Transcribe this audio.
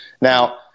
Now